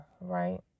right